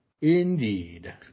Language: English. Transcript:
Indeed